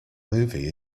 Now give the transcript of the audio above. movie